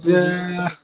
যে